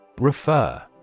Refer